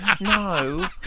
No